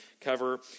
cover